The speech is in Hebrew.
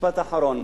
משפט אחרון.